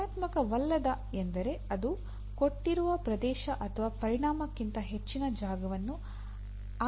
ಕ್ರಿಯಾತ್ಮಕವಲ್ಲದ ಎಂದರೆ ಅದು ಕೊಟ್ಟಿರುವ ಪ್ರದೇಶ ಅಥವಾ ಪರಿಮಾಣಕ್ಕಿಂತ ಹೆಚ್ಚಿನ ಜಾಗವನ್ನು ಆಕ್ರಮಿಸಬಾರದು